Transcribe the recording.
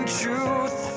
truth